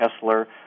Kessler